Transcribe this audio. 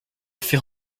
feel